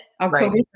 October